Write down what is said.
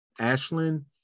ashlyn